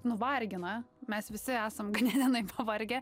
nuvargina mes visi esam ganėtinai pavargę